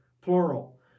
plural